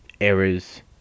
errors